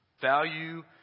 Value